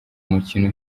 mukino